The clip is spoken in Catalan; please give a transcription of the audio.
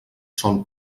sol